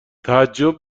تعجب